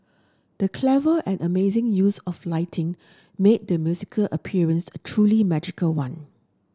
the clever and amazing use of lighting made the musical appearance a truly magical one